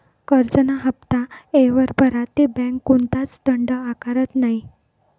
करजंना हाफ्ता येयवर भरा ते बँक कोणताच दंड आकारत नै